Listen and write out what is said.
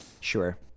Sure